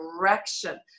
direction